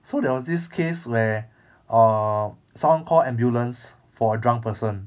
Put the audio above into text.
so there was this case where err someone call ambulance for a drunk person